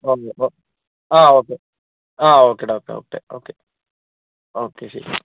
okay അപ്പോൾ ആ okay ആ okay doctor okay okay okay ശരി